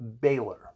Baylor